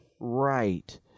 Right